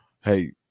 hey